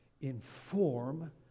inform